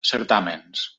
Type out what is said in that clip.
certàmens